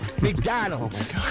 McDonald's